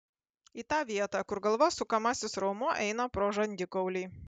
į tą vietą kur galvos sukamasis raumuo eina pro žandikaulį